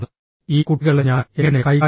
ഈ കുട്ടികളെ ഞാൻ എങ്ങനെ കൈകാര്യം ചെയ്യും